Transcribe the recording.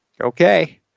Okay